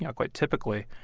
yeah quite typically,